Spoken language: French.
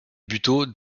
buteau